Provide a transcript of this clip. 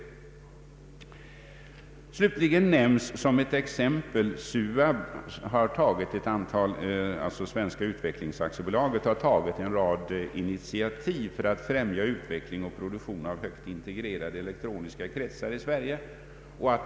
Det tredje exemplet som statsrådet nämner är SUAB, d.v.s. Svenska utvecklings AB, som tagit en rad initiativ för att främja utvecklingen och produktion av högt integrerade elektroniska kretsar i Sverige.